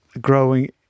growing